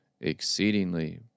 exceedingly